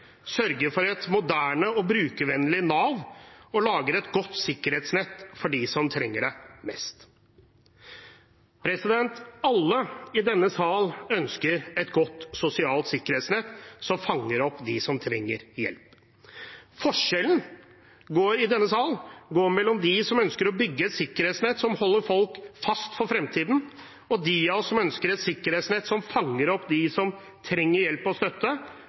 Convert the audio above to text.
for et moderne og brukervennlig Nav og lager et godt sikkerhetsnett for dem som trenger det mest. Alle i denne sal ønsker et godt sosialt sikkerhetsnett som fanger opp dem som trenger hjelp. Forskjellen i denne sal går mellom dem som ønsker å bygge et sikkerhetsnett som holder folk fast for fremtiden, og dem av oss som ønsker et sikkerhetsnett som fanger opp dem som trenger hjelp og støtte,